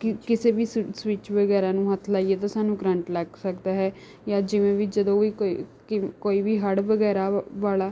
ਕਿ ਕਿਸੇ ਵੀ ਸਵ ਸਵਿੱਚ ਵਗੈਰਾ ਨੂੰ ਹੱਥ ਲਾਈਏ ਤਾਂ ਸਾਨੂੰ ਕਰੰਟ ਲੱਗ ਸਕਦਾ ਹੈ ਜਾਂ ਜਿਵੇਂ ਵੀ ਜਦੋਂ ਵੀ ਕੋਈ ਕਿ ਕੋਈ ਵੀ ਹੜ੍ਹ ਵਗੈਰਾ ਵਾਲਾ